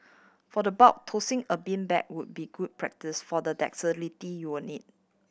for the bulk tossing a beanbag would be good practice for the dexterity you'll need